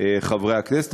חברי הכנסת,